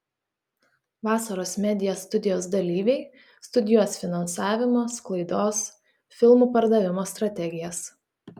vasaros media studijos dalyviai studijuos finansavimo sklaidos filmų pardavimo strategijas